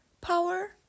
*Power